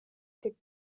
деп